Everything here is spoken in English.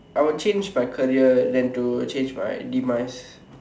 I would change my career then to change my demise